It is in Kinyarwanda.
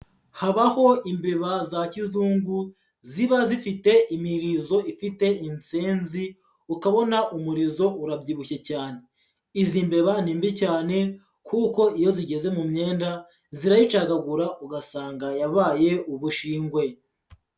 Habaho imbeba za kizungu ziba zifite imirizo ifite insezi, ukabona umurizo urabyibushye cyane. Izi mbeba ni mbi cyane kuko iyo zigeze mu myenda zirayicagagura ugasanga yabaye ubushingwe.